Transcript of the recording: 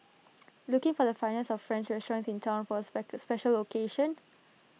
looking for the finest of French restaurants in Town for A special occasion